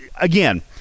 again